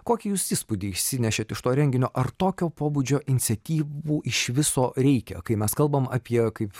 kokį jūs įspūdį išsinešėt iš to renginio ar tokio pobūdžio inciatyvų iš viso reikia kai mes kalbam apie kaip